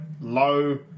Low